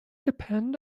depend